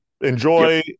Enjoy